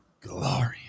glorious